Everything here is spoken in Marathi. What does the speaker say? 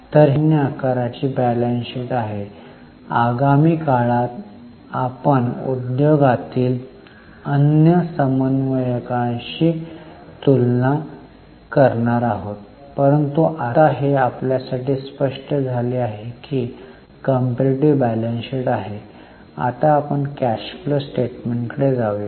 तर ही एक सामान्य आकाराची बॅलन्सशीट आहे आगामी काळात आपण उद्योगातील अन्य समवयस्कांशी तुलना करणार आहोत परंतु आत्ता हे आपल्यासाठी स्पष्ट झाले आहे की ही कंपेरीटीव्ह बॅलन्स शीट आहे आता आपण कॅश फ्लो स्टेटमेंटकडे जाऊया